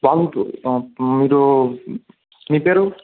రావచ్చు మీరు మీ పేరు